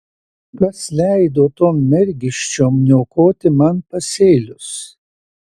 kas leido tom mergiščiom niokoti man pasėlius